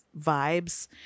vibes